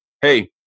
Hey